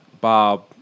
Bob